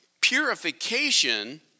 purification